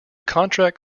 contract